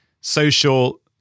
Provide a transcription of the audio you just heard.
social